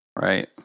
Right